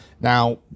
Now